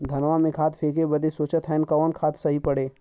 धनवा में खाद फेंके बदे सोचत हैन कवन खाद सही पड़े?